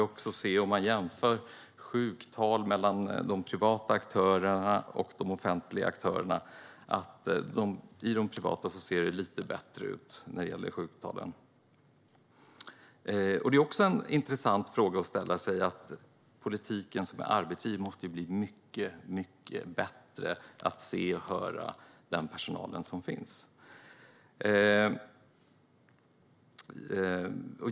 Om vi jämför sjuktal mellan de privata aktörerna och de offentliga aktörerna kan vi se att det ser lite bättre ut hos de privata aktörerna när det gäller sjuktalen. Detta är också en intressant fråga att fundera över. Politiken som arbetsgivare måste bli mycket bättre på att se och höra den personal som finns.